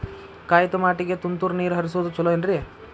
ಕಾಯಿತಮಾಟಿಗ ತುಂತುರ್ ನೇರ್ ಹರಿಸೋದು ಛಲೋ ಏನ್ರಿ?